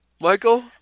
Michael